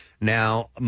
Now